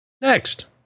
Next